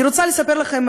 אני רוצה לספר לכם,